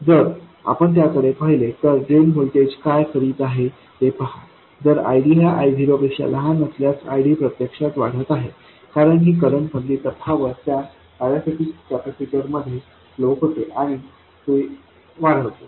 जर आपण त्याकडे पाहिले तर ड्रेन व्होल्टेज काय करीत आहे ते पहा जर ID हा I0 पेक्षा लहान असल्यास VD प्रत्यक्षात वाढत आहे कारण ही करंट मधील तफावत त्या पॅरासिटिक कॅपेसिटरमध्ये फ्लो होते आणि ते वाढवतो